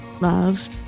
Love